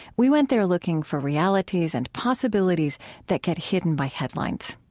we went there looking for realities and possibilities that get hidden by headlines.